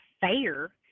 fair